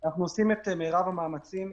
עושים את מירב המאמצים.